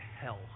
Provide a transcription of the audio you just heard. hell